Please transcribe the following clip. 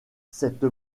cette